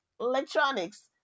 electronics